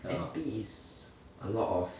N_P is a lot of